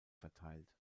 verteilt